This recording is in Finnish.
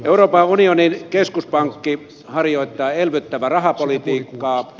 euroopan unionin keskuspankki harjoittaa elvyttävää rahapolitiikkaa